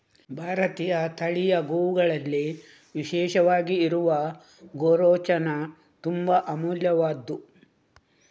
ಭಾರತೀಯ ತಳಿಯ ಗೋವುಗಳಲ್ಲಿ ವಿಶೇಷವಾಗಿ ಇರುವ ಗೋರೋಚನ ತುಂಬಾ ಅಮೂಲ್ಯವಾದ್ದು